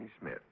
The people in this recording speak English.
Smith